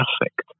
perfect